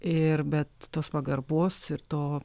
ir bet tos pagarbos ir to